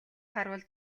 харвал